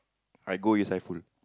I go inside full